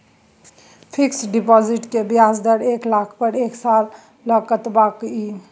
Fixed deposit के ब्याज दर एक लाख पर एक साल ल कतबा इ?